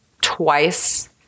twice